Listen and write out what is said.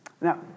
Now